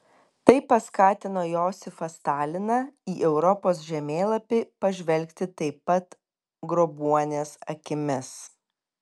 tai paskatino josifą staliną į europos žemėlapį pažvelgti taip pat grobuonies akimis